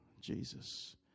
Jesus